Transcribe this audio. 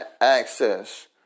access